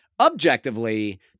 Objectively